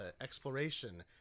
exploration